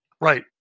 Right